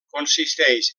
consisteix